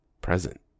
present